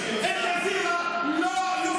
בצנחנים.